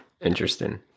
interesting